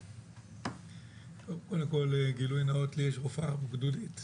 גילוי נאות, יש לי רופאה גדודית.